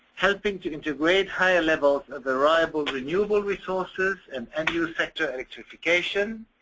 helping to integrate high levels of the variable renewable resources and end-use sector electrification.